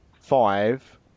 five